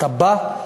אתה בא,